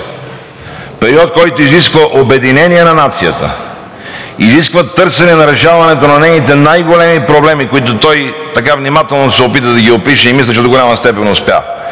период, който изисква обединение на нацията, изисква търсенето и решаването на нейните най-големи проблеми, които той така внимателно се опита да ги опише, и мисля, че до голяма степен успя,